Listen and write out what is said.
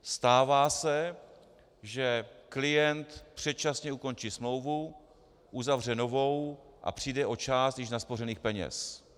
Stává se, že klient předčasně ukončí smlouvu, uzavře novou a přijde o část již naspořených peněz.